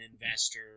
investor